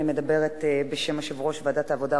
אני מדברת בשם יושב-ראש ועדת העבודה,